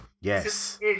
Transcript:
Yes